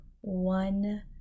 one